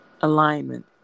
alignment